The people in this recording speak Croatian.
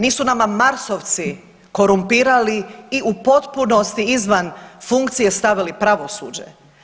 Nisu nama Marsovci korumpirali i u potpunosti izvan funkcije stavili pravosuđe.